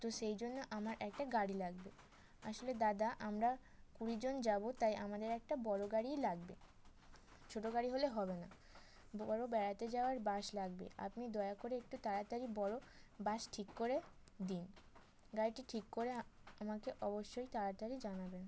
তো সেই জন্য আমার একটা গাড়ি লাগবে আসলে দাদা আমরা কুড়িজন যাব তাই আমাদের একটা বড় গাড়িই লাগবে ছোট গাড়ি হলে হবে না বড় বেড়াতে যাওয়ার বাস লাগবে আপনি দয়া করে একটু তাড়াতাড়ি বড় বাস ঠিক করে দিন গাড়িটি ঠিক করে আমাকে অবশ্যই তাড়াতাড়ি জানাবেন